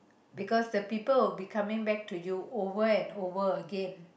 because the people will be coming back to you over and over again